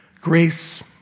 grace